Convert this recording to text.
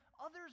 others